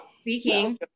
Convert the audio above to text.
speaking